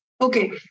Okay